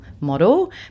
model